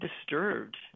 disturbed